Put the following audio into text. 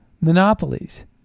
monopolies